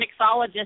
mixologist